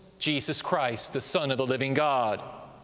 jesus christ, the son of the living god.